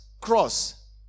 cross